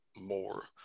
more